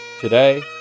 Today